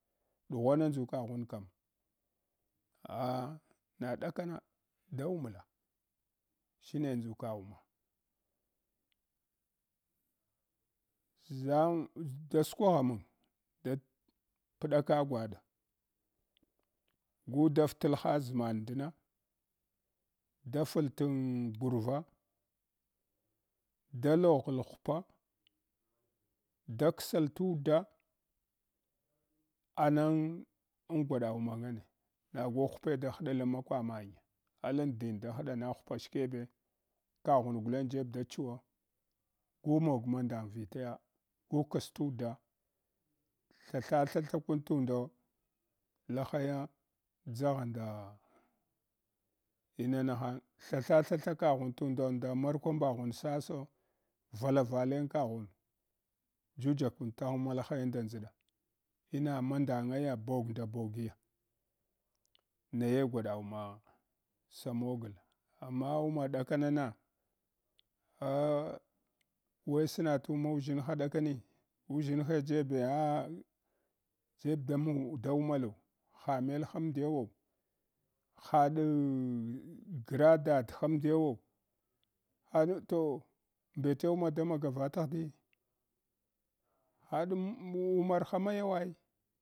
Ɗughuwama ndʒukaghnkam ah na ɗakaga da wumla shine ndʒuka wuma ʒan daskwaghamung dal pdaka gwanɗa gudaf talha ʒman ndana, da fal ten gurva, da loghl hmpa, da ksal inda anang en gwada wunangene agu hupe dahaɗe nmakwa manya alhen din dahaɗama shkebe, kaghun gulen jeb dachwa gu mug mandan vitaya, gu katsuda thathathathakum tundo bahaya dʒagha nda mama hang. Thalha tha tha kagun tundo nda markwambaghun saso valaralen kaghum juyakun tagha mala haya nda nʒada, ina mandangaya bog nda bogi naye gwada wuma samogal amma wuma ɗakamana, eh wesna tumuʒshin ha ɗakoni. Wuʒshihe jebe eh jeb danu da wumalo hamelha mɗiyawo, haɗn gra dadhamdiyawa haɗ toh mbete wuma da maya vata ghɗiyi? Haɗn mwumarha maya wai.